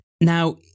Now